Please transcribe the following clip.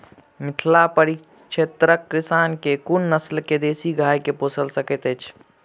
मिथिला परिक्षेत्रक किसान केँ कुन नस्ल केँ देसी गाय केँ पोइस सकैत छैथि?